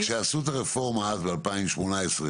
כשעשו את הרפורמה ב-2018,